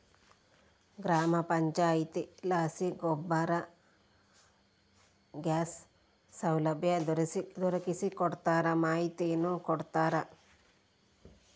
ಗ್ರಾಮ ಪಂಚಾಯಿತಿಲಾಸಿ ಗೋಬರ್ ಗ್ಯಾಸ್ ಸೌಲಭ್ಯ ದೊರಕಿಸಿಕೊಡ್ತಾರ ಮಾಹಿತಿನೂ ಕೊಡ್ತಾರ